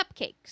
Cupcakes